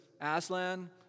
Aslan